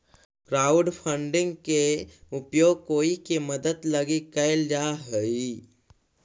crowdfunding के उपयोग कोई के मदद लगी कैल जा हई